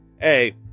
hey